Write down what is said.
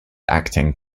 acting